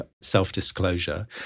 self-disclosure